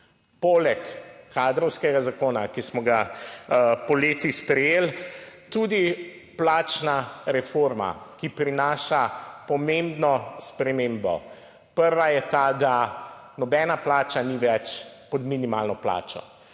poleg kadrovskega zakona, ki smo ga poleti sprejeli, tudi plačna reforma, ki prinaša pomembno spremembo. Prva je ta, da nobena plača ni več pod minimalno plačo,